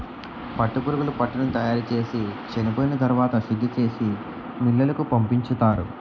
పట్టుపురుగులు పట్టుని తయారుచేసి చెనిపోయిన తరవాత శుద్ధిచేసి మిల్లులకు పంపించుతారు